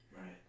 right